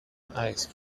ice